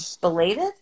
belated